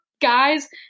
guys